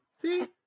See